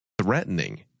threatening